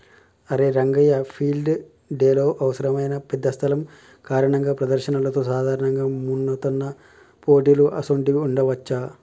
అరే రంగయ్య ఫీల్డ్ డెలో అవసరమైన పెద్ద స్థలం కారణంగా ప్రదర్శనలతో సాధారణంగా మన్నుతున్న పోటీలు అసోంటివి ఉండవచ్చా